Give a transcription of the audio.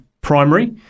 primary